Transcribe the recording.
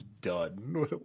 done